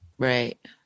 Right